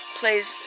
plays